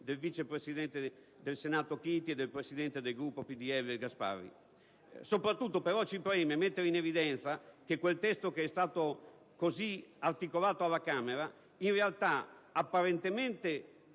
del vice presidente del senato Chiti e del presidente del Gruppo PdL Gasparri. Soprattutto, però, ci preme mettere in evidenza che il testo così come articolato alla Camera apparentemente